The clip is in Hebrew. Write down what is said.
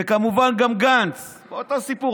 וכמובן גם גנץ, אותו סיפור.